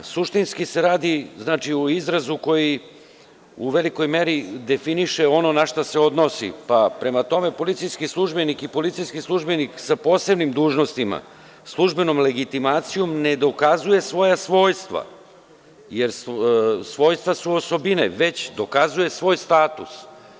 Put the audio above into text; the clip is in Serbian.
Suštinski se radi u izrazu koji u velikoj meri definiše ono na šta se odnosi, pa prema tome, policijski službenik i policijski službenik sa posebnim dužnostima, službenom legitimacijom ne dokazuje svoja svojstva, jer svojstva su osobine, već dokazuje svoj status.